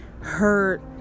hurt